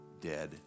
dead